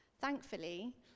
Thankfully